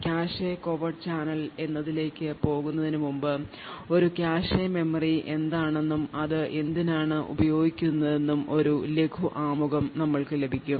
cache covert channel എന്നതിലേക്ക് പോകുന്നതിനുമുമ്പ് ഒരു കാഷെ മെമ്മറി എന്താണെന്നും അത് എന്തിനാണ് ഉപയോഗിക്കുന്നതെന്നും ഒരു ലഘു ആമുഖം നിങ്ങൾക്ക് ലഭിക്കും